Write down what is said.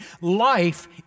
Life